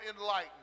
enlightened